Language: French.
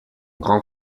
grand